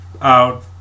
out